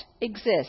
exist